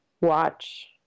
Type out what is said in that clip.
watch